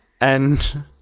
and-